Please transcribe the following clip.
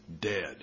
dead